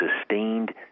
sustained